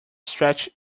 stretched